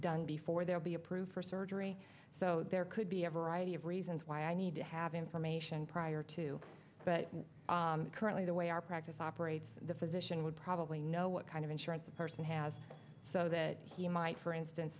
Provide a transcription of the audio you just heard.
done before they will be approved for surgery so there could be a variety of reasons why i need to have information prior to but currently the way our practice operates the physician would probably know what kind of insurance the person has so that he might for instance